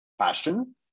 passion